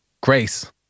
Grace